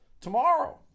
Tomorrow